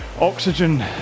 oxygen